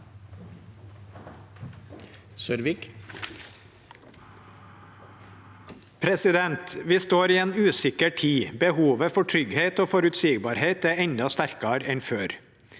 Vi står i en usikker tid. Behovet for trygghet og forutsigbarhet er enda sterkere enn før.